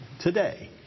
today